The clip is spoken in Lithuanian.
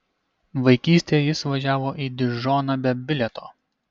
vaikystėje jis važiavo į dižoną be bilieto